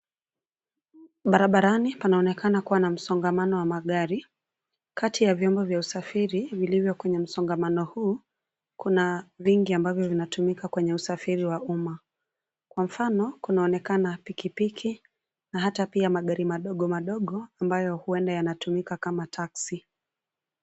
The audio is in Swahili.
Barabarani panaonekana kua na msongamano wa magari, kati ya vyombo vya usafiri vilivyo kwenye msongamano huu kuna vingi ambavyo vinatumika kwenye usafiri wa umma. Kwa mfano kunaonekana pikipiki na hata pia magari madogo, madogo ambayo huenda kuwa yanatumika kama taxi .